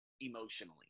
emotionally